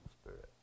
Spirit